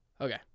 Okay